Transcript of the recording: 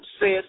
says